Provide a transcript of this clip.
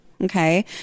Okay